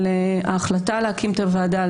על ההחלטה להקים את הוועדה,